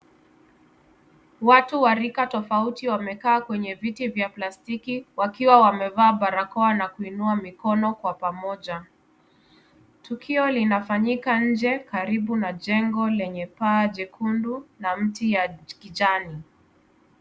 Watu wakiwa tofauti wamekaa kwenye viti vya kiplastiki, wakiwa wamevaa barakoa na kuinua mikono kwa pamoja. Tukio linafanyika nje, karibu na jengo lenye paa jekundu na mti wa kijani.